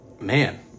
Man